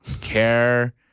care